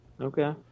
Okay